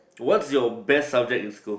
what's your best subject in school